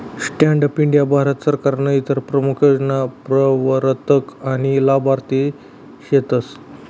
stand up India Bharat सरकारनं इतर प्रमूख योजना प्रवरतक आनी लाभार्थी सेतस